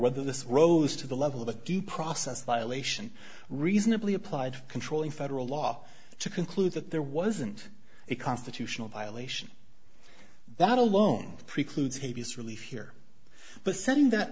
whether this rose to the level of a due process violation reasonably applied controlling federal law to conclude that there wasn't a constitutional violation that alone precludes hades relief here but setting that